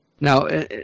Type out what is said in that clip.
Now